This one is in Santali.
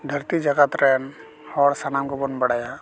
ᱫᱷᱟ ᱨᱛᱤ ᱡᱟᱠᱟᱛ ᱨᱮᱱ ᱦᱚᱲ ᱥᱟᱱᱟᱢ ᱜᱮᱵᱚᱱ ᱵᱟᱲᱟᱭᱟ